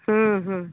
ହୁଁ ହୁଁ